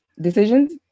Decisions